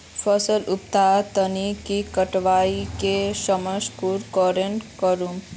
फसल उत्पादन तकनीक के कटाई के समय कुंसम करे करूम?